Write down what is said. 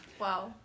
Wow